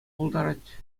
пултарать